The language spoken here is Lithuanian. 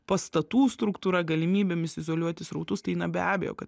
pastatų struktūra galimybėmis izoliuoti srautus tai be abejo kad